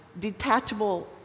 detachable